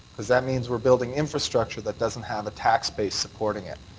because that means we're building infrastructure that doesn't have a tax base supporting it.